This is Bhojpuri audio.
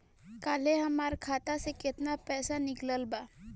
काल्हे हमार खाता से केतना पैसा निकलल बा?